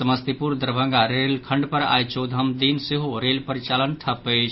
समस्तीपुर दरभंगा रेलखंड पर आइ चौदहम दिन सेहो रेल परिचालन ठप अछि